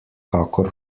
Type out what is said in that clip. kakor